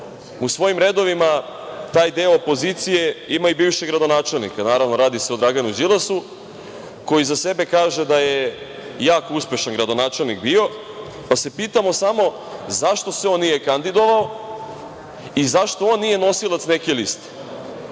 u svojim redovima taj deo opozicije ima i bivšeg gradonačelnika. Naravno, radi se o Draganu Đilasu, koji za sebe kaže da je jako uspešan gradonačelnik bio, pa se pitamo samo zašto se on nije kandidovao i zašto on nije nosilac neke liste?